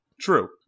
True